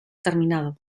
terminado